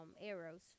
arrows